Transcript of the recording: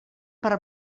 per